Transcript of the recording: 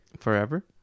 forever